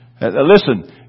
Listen